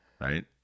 Right